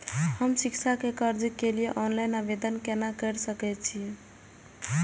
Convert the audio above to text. हम शिक्षा के कर्जा के लिय ऑनलाइन आवेदन केना कर सकल छियै?